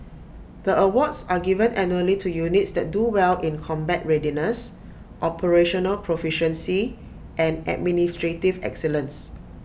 the awards are given annually to units that do well in combat readiness operational proficiency and administrative excellence